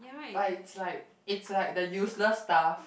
but it's like it's like the useless stuff